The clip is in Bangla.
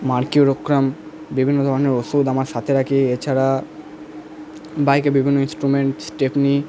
মারক্রিউরোক্রাম বিভিন্ন ধরনের ওষুধ আমার সাথে রাখি এছাড়া বাইকে বিভিন্ন ইন্সট্রুমেন্ট স্টেপনি